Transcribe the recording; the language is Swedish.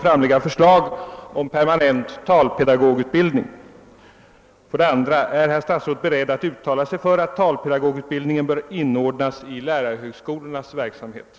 Med anledning av detta vill jag till herr statsrådet och chefen för justitiedepartementet ställa följande fråga: Avser herr statsrådet att snarast vidtaga åtgärder i syfte att öka inte minst äldre och = försvarslösa människors trygghet till liv och lem?